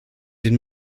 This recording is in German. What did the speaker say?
den